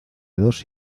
dos